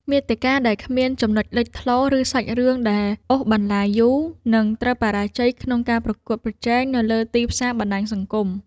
មាតិកាដែលគ្មានចំណុចលេចធ្លោ ឬសាច់រឿងដែលអូសបន្លាយយូរ នឹងត្រូវបរាជ័យក្នុងការប្រកួតប្រជែងនៅលើទីផ្សារបណ្ដាញសង្គម។